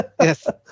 Yes